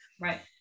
Right